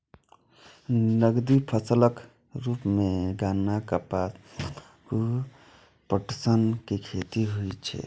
नकदी फसलक रूप मे गन्ना, कपास, तंबाकू, पटसन के खेती होइ छै